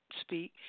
speak